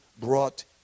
brought